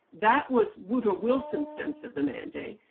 that was woodrow wilson's sense of the mandate.